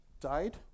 died